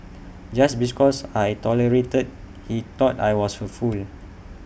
just bees cause I tolerated he thought I was A fool